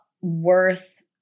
worth